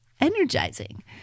energizing